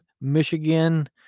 Michigan